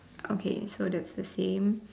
okay so that's the same